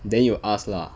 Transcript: then you ask lah